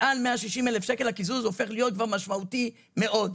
מעל 160 אלף שקל הקיזוז הופך להיות כבר משמעותי מאוד.